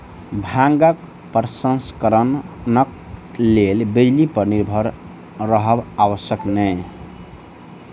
भांगक प्रसंस्करणक लेल बिजली पर निर्भर रहब आवश्यक नै